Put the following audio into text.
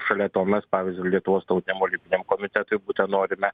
šalia to mes pavyzdžiui lietuvos tautiniam olimpiniam komitetui būtent norime